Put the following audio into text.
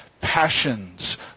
passions